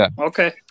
Okay